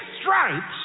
stripes